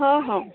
ହଁ ହଁ